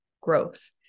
growth